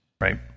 Right